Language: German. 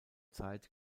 zeit